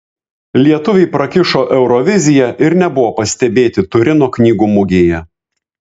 lietuviai prakišo euroviziją ir nebuvo pastebėti turino knygų mugėje